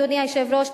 אדוני היושב-ראש,